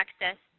access